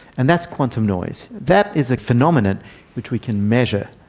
and that's quantum noise. that is a phenomenon which we can measure,